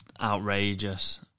outrageous